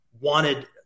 wanted